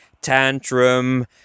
tantrum